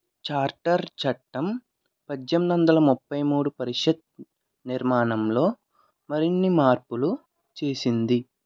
charter చట్టం పజ్జెందొందల ముప్పై మూడు పరిషత్ నిర్మాణంలో మరిన్ని మార్పులు చేసింది